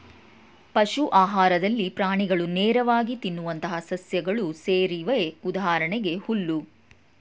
ಪಶು ಆಹಾರದಲ್ಲಿ ಪ್ರಾಣಿಗಳು ನೇರವಾಗಿ ತಿನ್ನುವಂತಹ ಸಸ್ಯಗಳು ಸೇರಿವೆ ಉದಾಹರಣೆಗೆ ಹುಲ್ಲು